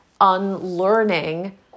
unlearning